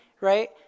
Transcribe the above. right